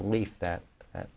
belief that that